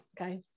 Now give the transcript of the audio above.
Okay